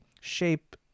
shape